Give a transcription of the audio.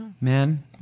Man